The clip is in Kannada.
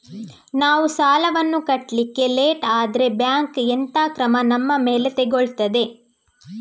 ನಾವು ಸಾಲ ವನ್ನು ಕಟ್ಲಿಕ್ಕೆ ಲೇಟ್ ಆದ್ರೆ ಬ್ಯಾಂಕ್ ಎಂತ ಕ್ರಮ ನಮ್ಮ ಮೇಲೆ ತೆಗೊಳ್ತಾದೆ?